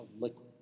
liquid